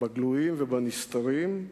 בגלויים ובנסתרים,